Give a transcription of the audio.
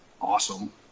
awesome